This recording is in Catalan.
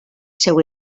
seu